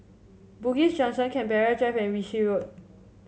Bugis Junction Canberra Drive and Ritchie Road